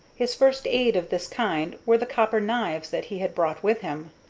his first aids of this kind were the copper knives that he had brought with him.